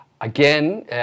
again